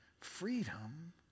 Freedom